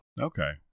Okay